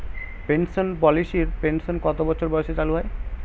Pension পলিসির pension কত বছর বয়সে চালু হয়?